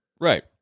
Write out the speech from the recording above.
Right